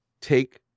take